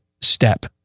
step